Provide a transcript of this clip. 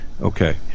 Okay